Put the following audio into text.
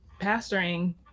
pastoring